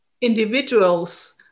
individuals